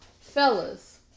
fellas